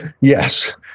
Yes